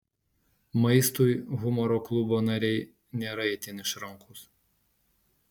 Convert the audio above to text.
maistui humoro klubo nariai nėra itin išrankūs